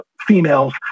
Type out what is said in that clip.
females